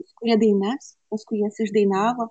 sukūrė dainas paskui jas išdainavo